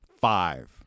five